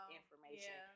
information